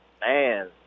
man